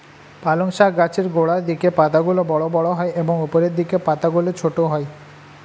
পালং শাক গাছের গোড়ার দিকের পাতাগুলো বড় বড় হয় এবং উপরের দিকের পাতাগুলো ছোট হয়